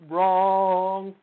Wrong